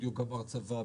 בדיוק גמר צבא,